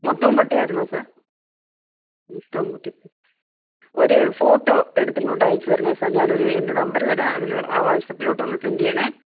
മൊത്തവും പൊട്ടിയായിരുന്നോ സാർ മൊത്തവും പൊട്ടിപ്പോയി ഒരു ഫോട്ടോ എടുത്തിങ്ങോട്ട് അയച്ചു തരണേ സാർ ഞാനൊരു എൻ്റെ നമ്പര് തരാം അതിൽ ആ വാട്സപ്പിലോട്ടൊന്ന് സെൻ്റ് ചെയ്യണേ